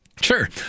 Sure